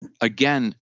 again